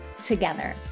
together